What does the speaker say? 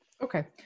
Okay